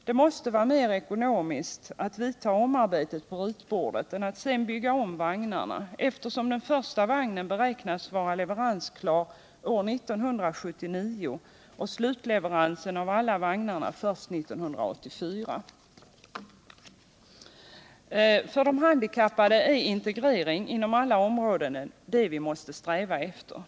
Det måste vara mer ekonomiskt att vidta omarbetet på ritbordet än att sedan bygga om vagnarna, eftersom den första vagnen beräknas vara leveransklar år 1979 och slutleveransen av alla 150 vagnarna beräknas ske först år 1984. För de handikappade är integrering inom alla områden det vi måste sträva efter.